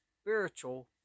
spiritual